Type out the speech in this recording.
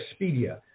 Expedia